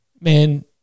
man